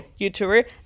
YouTuber